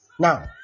Now